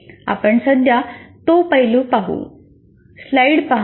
आपण सध्या तो पैलू पाहू